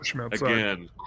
again